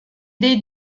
dei